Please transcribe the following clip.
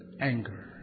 anger